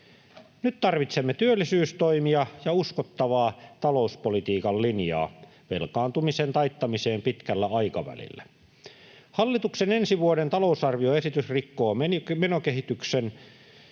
Nyt tarvitsemme työllisyystoimia ja uskottavaa talouspolitiikan linjaa velkaantumisen taittamiseen pitkällä aikavälillä. Hallituksen ensi vuoden talousarvioesitys rikkoo menokehyksen